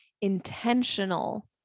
intentional